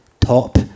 Top